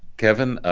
kevin,